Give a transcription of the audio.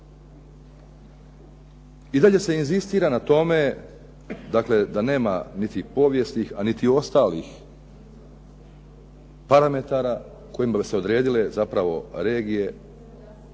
I dalje se inzistira na tome da nema niti povijesnih, a niti ostalih parametara kojima bi se odredile zapravo regije